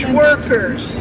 workers